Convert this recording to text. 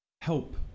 help